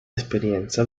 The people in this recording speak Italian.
esperienza